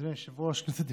אדוני היושב-ראש, כנסת נכבדה,